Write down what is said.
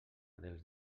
dels